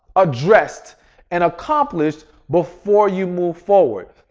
addressed and accomplished before you move forward.